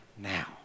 now